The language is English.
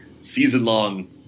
Season-long